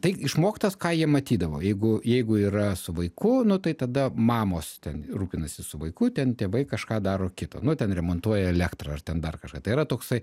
tai išmoktas ką jie matydavo jeigu jeigu yra su vaiku nu tai tada mamos ten rūpinasi su vaiku ten tėvai kažką daro kito nu ten remontuoja elektrą ar ten dar kažką tai yra toksai